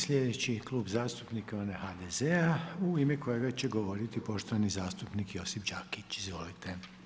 Slijedeći Klub zastupnika je onaj HDZ-au ime kojega će govoriti poštovani zastupnik Josip Đakić, izvolite.